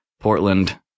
Portland